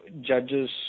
judges